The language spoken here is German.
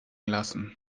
lassen